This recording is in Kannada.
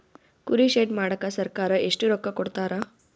ಕುರಿ ಶೆಡ್ ಮಾಡಕ ಸರ್ಕಾರ ಎಷ್ಟು ರೊಕ್ಕ ಕೊಡ್ತಾರ?